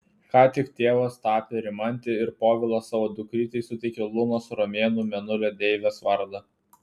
ką tik tėvas tapę rimantė ir povilas savo dukrytei suteikė lunos romėnų mėnulio deivės vardą